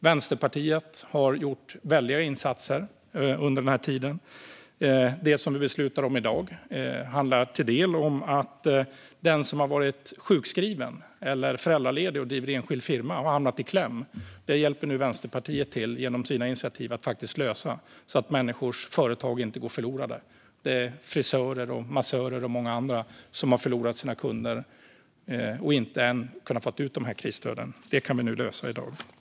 Vänsterpartiet har gjort stora insatser under den här tiden. Det vi ska besluta om i dag handlar till del om den som varit sjukskriven eller föräldraledig och driver enskild firma och har hamnat i kläm. Genom sina initiativ hjälper Vänsterpartiet till att lösa det, för att människors företag inte ska gå förlorade. Det handlar om frisörer, massörer och många andra som har förlorat sina kunder och inte har kunnat få krisstöden. Det kan vi lösa i dag. Herr talman!